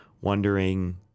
wondering